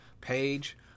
page